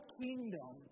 kingdom